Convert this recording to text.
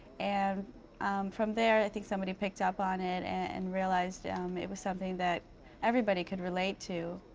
and from there, i think somebody picked up on it and realized yeah um it was something that everybody could relate to.